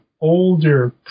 older